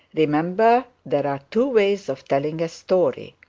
remember there are two ways of telling a story.